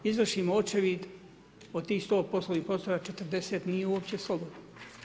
Izvršimo očevid od tih sto poslovnih prostora, 40 nije uopće slobodno.